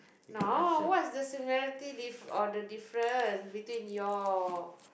no what is the similarity diff~ or difference between your